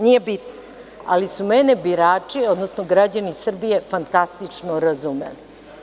Nije bitno, ali su mene birači, odnosno građani Srbije fantastično razumeli.